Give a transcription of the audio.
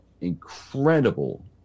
incredible